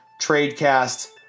tradecast